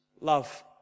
love